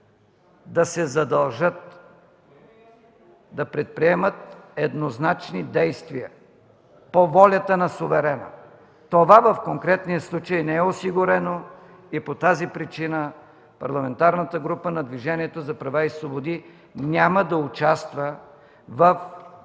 да се задължат да предприемат еднозначни действия по волята на суверена. Това в конкретния случай не е осигурено и по тази причина Парламентарната група на Движението за права и свободи няма да участва в гласуването